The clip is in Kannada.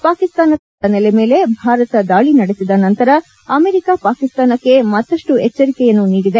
ಪಾಕಿಸ್ತಾನದಲ್ಲಿರುವ ಉಗ್ರರ ನೆಲೆ ಮೇಲೆ ಭಾರತ ದಾಳಿ ನಡೆಸಿದ ನಂತರ ಅಮೆರಿಕ ಪಾಕಿಸ್ತಾನಕ್ಕೆ ಮತ್ತಷ್ಟು ಎಚ್ಚರಿಕೆಯನ್ನು ನೀಡಿದೆ